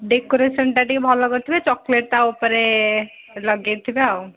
ଡେକୋର୍ରେସନ୍ଟା ଟିକିଏ ଭଲ କରିଥିବେ ଚୋକଲେଟ୍ଟା ଉପରେ ଲଗାଇଥିବେ ଆଉ